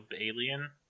alien